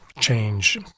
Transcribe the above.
change